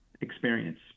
experience